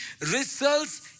results